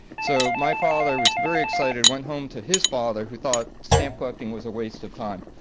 so my father was very excited, went home to his father who thought stamp collecting was a waste of time.